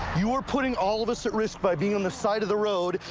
you are putting all of us at risk by being on the side of the road,